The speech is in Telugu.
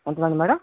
ఎంత మంది మేడం